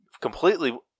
completely